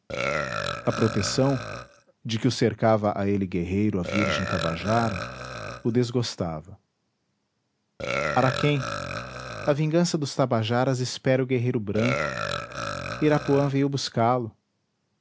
a proteção de que o cercava a ele guerreiro a virgem tabajara o desgostava araquém a vingança dos tabajaras espera o guerreiro branco irapuã veio buscá-lo